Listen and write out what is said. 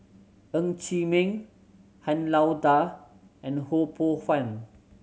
Ng Chee Meng Han Lao Da and Ho Poh Fun